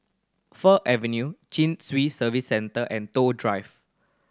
Fir Avenue Chin Swee Service Centre and Toh Drive